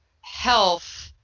health